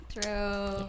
True